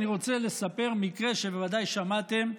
אני רוצה לספר מקרה שבוודאי שמעתם עליו.